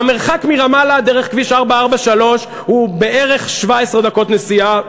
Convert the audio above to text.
המרחק מרמאללה דרך כביש 443 הוא בערך 17 דקות נסיעה,